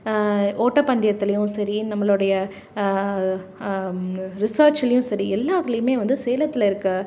ஓட்டப்பந்தயத்துலையும் சரி நம்மளோடைய ரிசர்ச்லையும் சரி எல்லாத்துலையுமே வந்து சேலத்தில் இருக்க